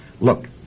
Look